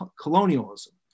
colonialism